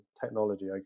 technology